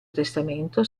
testamento